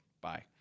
Bye